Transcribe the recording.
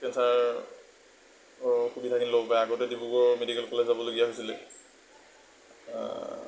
কেঞ্চাৰৰ সুবিধাখিনি ল'ব পাৰে আগতে ডিব্ৰুগড় মেডিকেল কলেজ যাবলগীয়া হৈছিল